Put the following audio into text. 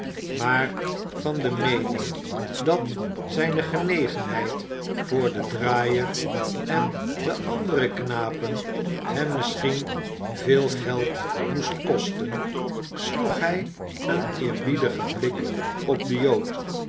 maar van meening dat zijne genegenheid voor den draaier en de andere knapen hem misschien veel geld moest kosten sloeg hij een eerbiedigen blik op den jood